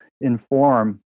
inform